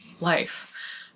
life